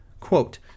Quote